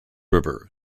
river